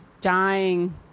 dying